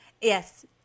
Yes